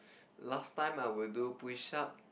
last time I would do push up